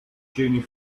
junior